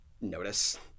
notice